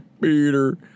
Peter